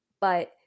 but-